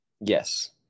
Yes